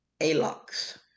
ALOX